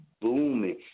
booming